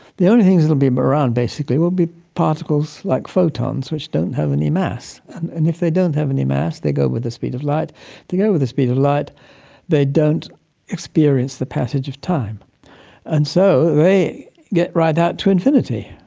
the only things that will be um around basically will be particles like photons which don't have any mass. and if they don't have any mass they go with the speed of light, and if they go with the speed of light they don't experience the passage of time and so they get right out to infinity.